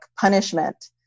punishment